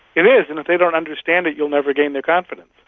it is, and if they don't understand it you'll never gain their confidence.